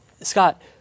Scott